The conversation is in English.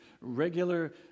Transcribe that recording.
regular